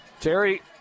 Terry